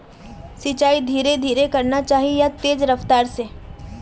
सिंचाई धीरे धीरे करना चही या तेज रफ्तार से?